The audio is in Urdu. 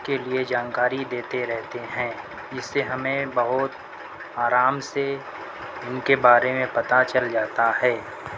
کے لئے جانکاری دیتے رہتے ہیں اس سے ہمیں بہت آرام سے ان کے بارے میں پتا چل جاتا ہے